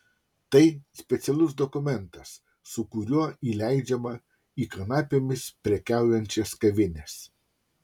tai specialus dokumentas su kuriuo įleidžiama į kanapėmis prekiaujančias kavines